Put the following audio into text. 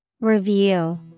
Review